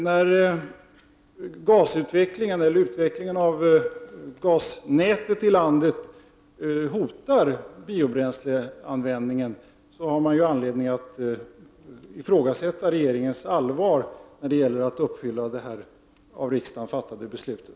När utvecklingen av gasnätet i landet hotar biobränsleanvändningen, har man ju anledning att ifrågasätta regeringens allvarliga avsikt att uppfylla det beslut som riksdagen har fattat.